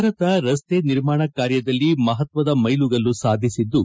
ಭಾರತ ರಸ್ತೆ ನಿರ್ಮಾಣ ಕಾರ್ಯದಲ್ಲಿ ಮಹತ್ವದ ಮೈಲಿಗಲ್ಲು ಸಾಧಿಸಿದ್ದು